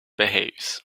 behaves